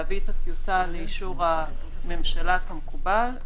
להביא את הטיוטה לאישור הממשלה כמקובל,